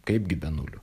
kaipgi be nulių